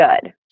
good